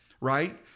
right